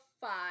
five